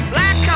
Black